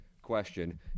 Question